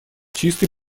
чистой